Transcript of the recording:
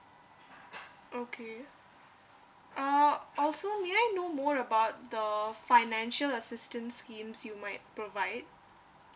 okay uh also may I know more about the financial assistance schemes you might provide